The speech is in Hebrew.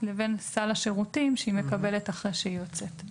לבין סל השירותים שהיא מקבלת אחרי שהיא יוצאת מן המקלט.